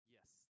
Yes